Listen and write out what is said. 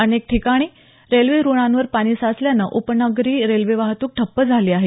अनेक ठिकाणी रेल्वे रुळांवर पाणी साचल्यानं उपनगरी रेल्वे वाहतूक ठप्प झाली आहे